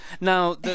now